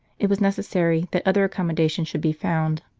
it was necessary that other accommodation should be found.